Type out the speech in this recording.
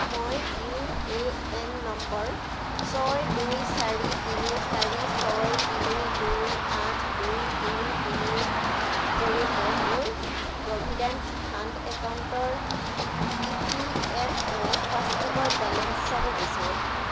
মই U A N number ছয় দুই চাৰি তিনি চাৰি ছয় তিনি দুই আঠ দুই তিনি তিনিৰ জৰিয়তে মোৰ প্ৰভিডেণ্ট ফাণ্ড একাউণ্টৰ ই পি এফ অ' পাছবুকৰ বেলেঞ্চ চাব বিচাৰোঁ